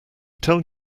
tell